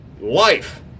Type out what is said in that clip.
Life